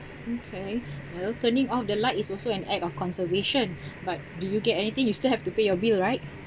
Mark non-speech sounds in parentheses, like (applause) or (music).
okay (breath) well turning off the light is also an act of conservation (breath) but do you get anything you still have to pay your bill right